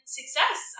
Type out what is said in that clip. success